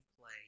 play